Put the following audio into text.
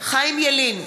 חיים ילין,